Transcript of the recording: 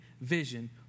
vision